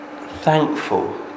thankful